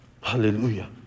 Hallelujah